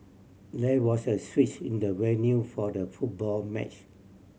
there was a switch in the venue for the football match